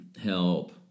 help